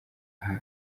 aha